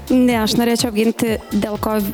ne aš norėčiau apginti dėl ko